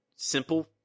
Simple